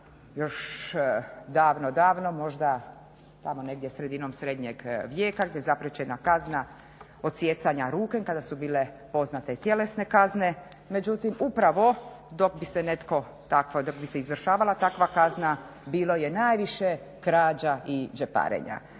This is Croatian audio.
još davno, davno, možda tamo sredinom Srednjeg vijeka gdje … kazna odsijecanja ruke, kada su bile poznate tjelesne kazne, međutim upravo dok bi se netko tako, dok bi se izvršavala takva kazna, bilo je najviše krađa i džeparenja.